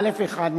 א1.